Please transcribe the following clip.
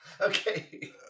Okay